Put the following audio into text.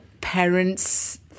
parents